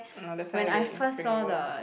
ah that's why they bring over